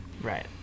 Right